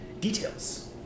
details